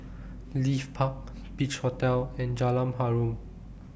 Leith Park Beach Hotel and Jalan Harum